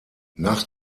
nach